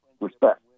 respect